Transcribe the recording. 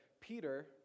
Peter